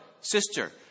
sister